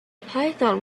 python